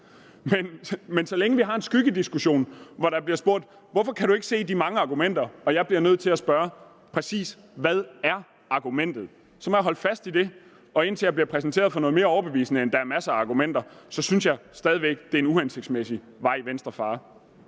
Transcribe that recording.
Men så længe vi har en skyggediskussion, hvor der bliver spurgt: »Hvorfor kan du ikke se de mange argumenter?« og jeg bliver nødt til at spørge: »Præcis hvad er argumentet?«, må jeg holde fast i det. Og indtil jeg bliver præsenteret for noget mere overbevisende, end at »der er masser af argumenter«, synes jeg stadig væk, det er en uhensigtsmæssig vej, Venstre farer.